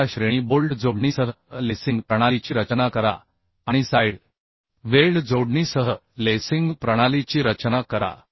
6 श्रेणी बोल्ट जोडणीसह लेसिंग प्रणालीची रचना करा आणि साइड वेल्ड जोडणीसह लेसिंग प्रणालीची रचना करा